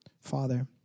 father